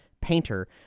painter